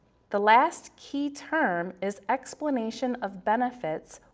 the last key term is explanation of benefits,